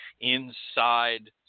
inside